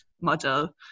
model